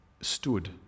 stood